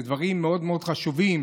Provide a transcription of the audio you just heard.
אלה דברים מאוד מאוד חשובים.